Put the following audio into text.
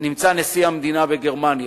נמצא נשיא המדינה בגרמניה,